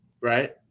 right